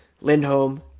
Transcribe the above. Lindholm